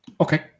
Okay